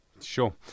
Sure